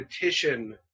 petition